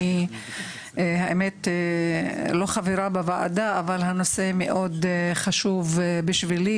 אני לא חברה בוועדה אבל הנושא מאוד חשוב בשבילי